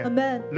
Amen